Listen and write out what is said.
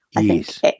Yes